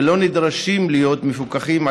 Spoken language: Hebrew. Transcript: ולא נדרשים להיות מפוקחים,